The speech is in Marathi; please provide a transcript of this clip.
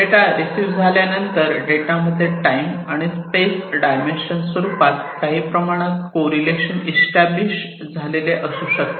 डेटा रिसीव्ह झाल्यानंतर डेटा मध्ये टाईम आणि स्पेस डायमेन्शन स्वरूपात काही प्रमाणात कोरिलेशन एस्टॅब्लिश झालेले असू शकते